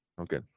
Okay